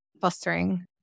fostering